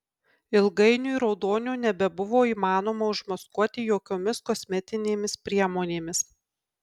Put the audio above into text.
ilgainiui raudonio nebebuvo įmanoma užmaskuoti jokiomis kosmetinėmis priemonėmis